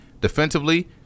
Defensively